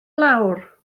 lawr